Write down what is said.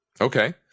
Okay